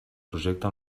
projecte